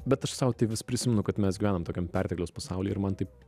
bet aš sau tai vis prisimenu kad mes gyvenam tokiam pertekliaus pasaulyje ir man taip